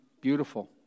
beautiful